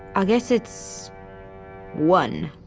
ah guess it's one.